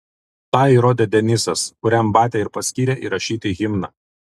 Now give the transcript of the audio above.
tą įrodė denisas kuriam batia ir paskyrė įrašyti himną